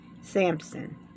Samson